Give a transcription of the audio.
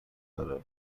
داره